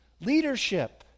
leadership